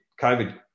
covid